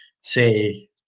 say